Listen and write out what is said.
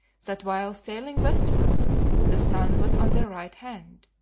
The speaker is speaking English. that while sailing westwards the sun was on their right hand.